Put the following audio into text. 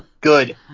Good